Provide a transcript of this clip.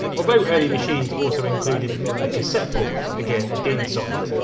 although early machines also included a cassette port, again a din socket,